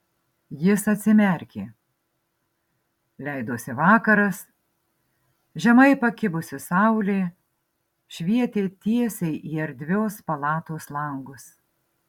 jis atsimerkė leidosi vakaras žemai pakibusi saulė švietė tiesiai į erdvios palatos langus